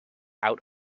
out